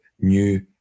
new